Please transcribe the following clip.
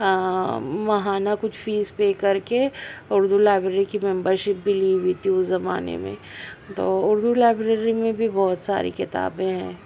ماہانہ کچھ fees pay کر کے اردو لائبریری کی ممبرشپ بھی لی ہوئی تھی اس زمانے میں تو اردو لائبریری میں بھی بہت ساری کتابیں ہیں